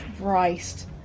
Christ